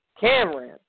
Cameron